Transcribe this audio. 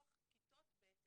ולפתוח כיתות בהתאם,